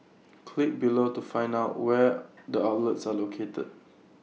click below to find out where the outlets are located